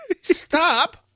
Stop